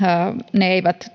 ne eivät